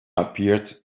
appeared